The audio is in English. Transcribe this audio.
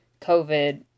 COVID